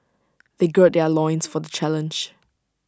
they gird their loins for the challenge